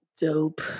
Dope